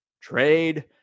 Trade